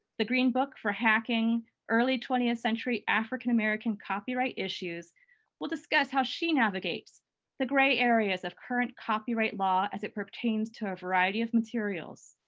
the green book for hacking early twentieth century african-american copyright issues will discuss how she navigates the gray areas of current copyright law as it pertains to a variety of materials,